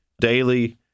daily